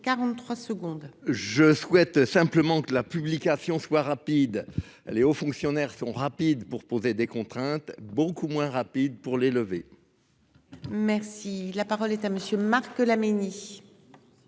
43 secondes. Je souhaite simplement que la publication soit rapide elle aux fonctionnaires sont rapides pour poser des contraintes beaucoup moins rapide pour les lever. Merci la parole est à monsieur Marc que